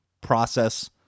process